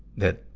that,